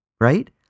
Right